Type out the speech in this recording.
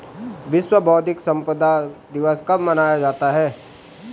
विश्व बौद्धिक संपदा दिवस कब मनाया जाता है?